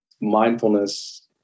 mindfulness